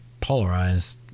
polarized